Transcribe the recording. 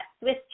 Swiss